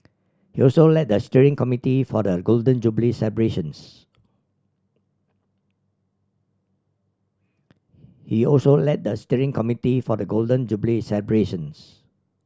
he also led the steering committee for the Golden Jubilee celebrations he also led the steering committee for the Golden Jubilee celebrations